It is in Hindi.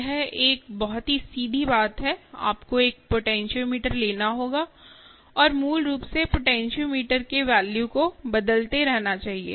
यह एक बहुत ही सीधी बात है आपको एक पोटेंशियोमीटर लेना होगा और मूल रूप से पोटेंशियोमीटर के वैल्यू को बदलते रहना चाहिए